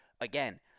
again